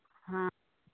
हाँ